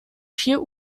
vier